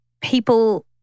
people